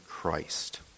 Christ